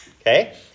Okay